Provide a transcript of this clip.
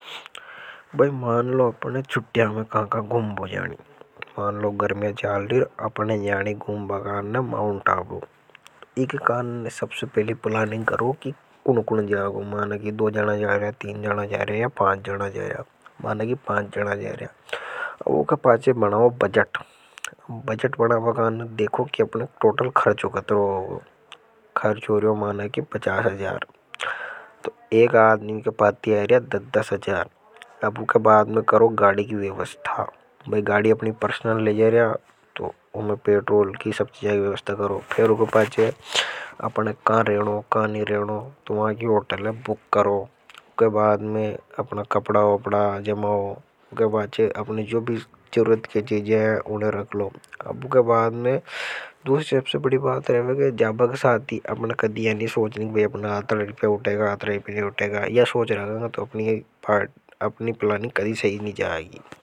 भाई मान लो अपने छुट्टिया में कांका गुंबो जानी मान लो घर में चाल दिया अपने जानी गुंबा काने ने माउंटआबू। इकान ने सबसे पहली प्लानिंग करो कि कुन कुन जाऊं माना कि दो जना जा रिया या पांच जारिया माना कि। पांच जा रहा है वह का पाचे बनाओ बजट बजट बढ़ा गणदी देखो कि अपने टोटल खर्च होगा तो खर्चे कतरो। जाना कि पचास हज़ार तो एक आदमी के पास यह दस अजार अब उनके बाद में करो गाड़ी की व्यवस्था में गाड़ी अपनी पर्सनल। ले जा रहा तो उन्हें पेट्रोल की सब जाएगी व्यवस्था करो फिर उनके बाद अपने कहां रहना हो कहां नहीं रहना हो तो वहां। एक होटल बुक करो के बाद में अपना कपड़ा जमाओ पााचे अपने जो भी जरूरत के चीज है उन्हें रख लो अब उनके। बाद में दूसरे सबसे बड़ी बात है वह जाबा का साथ ही अपना कदिया नहीं सोच नहीं कि अपना आंतर रिपया उठेगा। यह सोच रहा था तो अपनी अपनी प्लानिक कदी सही नहीं जाएगी।